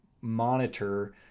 monitor